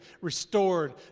restored